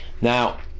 Now